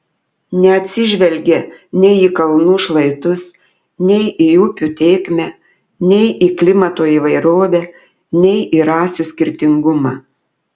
neatsižvelgė nei į kalnų šlaitus nei į upių tėkmę nei į klimato įvairovę nei į rasių skirtingumą